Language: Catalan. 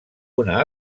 una